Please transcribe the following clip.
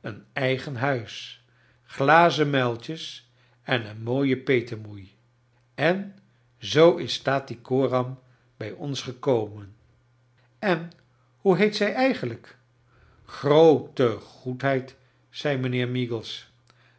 een eigen thuis glazen muiltjes en een mooie petemoei en zoo is tattycoram bij ons gekonien en hoe heet zij eigenlijk vgroote goedheid i zei mijnheer meagles